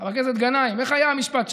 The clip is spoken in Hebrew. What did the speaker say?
חבר הכנסת גנאים, איך היה שם המשפט?